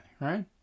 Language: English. right